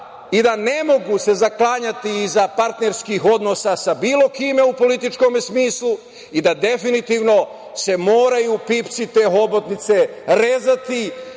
i da se ne mogu zaklanjati iza partnerskih odnosa sa bilo kime u politikom smislu i da definitivno se moraju pipci te hobotnice rezati. Drago